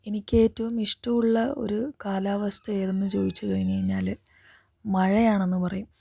എനിക്ക് ഏറ്റവും ഇഷ്ടമുള്ള ഒരു കാലാവസ്ഥ ഏതെന്ന് ചോദിച്ച് കഴിഞ്ഞ് കഴിഞ്ഞാല് മഴയാണെന്ന് പറയും